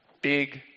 big